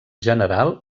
general